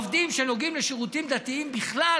עובדים שנוגעים לשירותי דת בכלל,